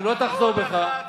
אם לא תחזור בך,